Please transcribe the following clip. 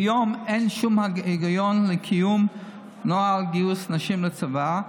כיום אין שום היגיון לקיום נוהל גיוס נשים לצבא.